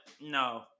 no